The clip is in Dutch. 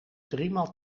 driemaal